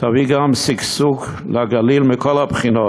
תביא גם שגשוג לגליל מכל הבחינות.